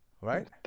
Right